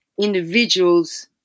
individuals